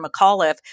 McAuliffe